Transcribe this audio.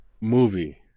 movie